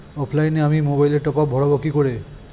অফলাইনে আমি মোবাইলে টপআপ ভরাবো কি করে?